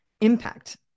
Impact